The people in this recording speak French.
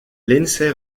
lindsay